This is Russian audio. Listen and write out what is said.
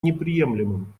неприемлемым